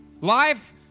Life